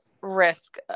risk